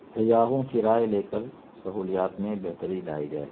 سیاحوں کی رائے لے کر سہولیات میں بہتری لائے جائے